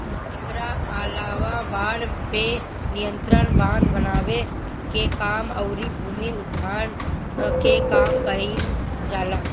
एकरा अलावा बाढ़ पे नियंत्रण, बांध बनावे के काम अउरी भूमि उद्धार के काम कईल जाला